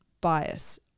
bias